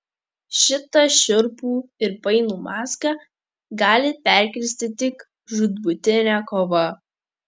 šitą šiurpų ir painų mazgą gali perkirsti tik žūtbūtinė kova